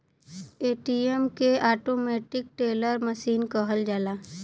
ATM के automatic teller machine कहल जाला